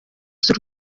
z’u